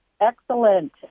Excellent